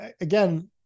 again